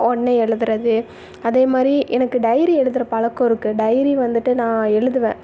ஒடனே எழுதுறது அதேமாதிரி எனக்கு டைரி எழுதுற பழக்கம் இருக்குது டைரி வந்துவிட்டு நான் எழுதுவேன்